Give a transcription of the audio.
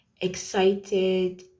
excited